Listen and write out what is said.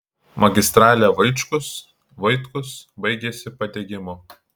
magistralė vaičkus vaitkus baigiasi padegimu